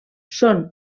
són